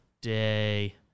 day